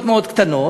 הן מאוד קטנות,